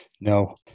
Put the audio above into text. no